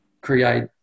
create